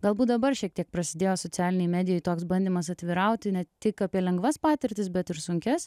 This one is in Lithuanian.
galbūt dabar šiek tiek prasidėjo socialinėj medijoj toks bandymas atvirauti ne tik apie lengvas patirtis bet ir sunkias